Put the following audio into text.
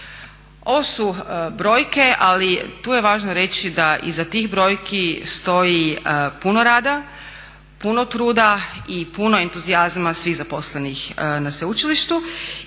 Ovo su brojke ali tu je važno reći da iza tih brojki stoji puno rada, puno truda i puno entuzijazma svih zaposlenih na sveučilištu.